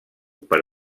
per